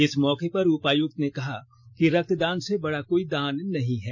इस मौके पर उपायुक्त ने कहा कि रक्तदान से बड़ा कोई दान नहीं है